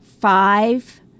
five